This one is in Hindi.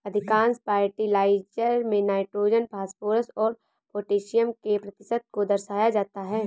अधिकांश फर्टिलाइजर में नाइट्रोजन, फॉस्फोरस और पौटेशियम के प्रतिशत को दर्शाया जाता है